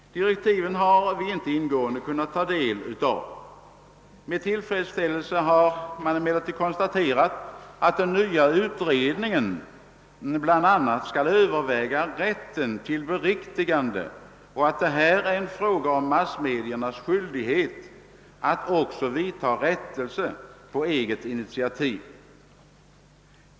Direktiven har vi inte ingående kunnat ta del av. Med tillfredsställelse har vi emellertid konstaterat att den nya utredningen bl a. skall överväga rätten till beriktigande och att detta är en fråga om massmedias skyldighet att också vidtaga rättelser på eget initiativ.